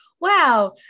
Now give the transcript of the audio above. Wow